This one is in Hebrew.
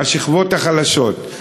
מהשכבות החלשות,